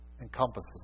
encompasses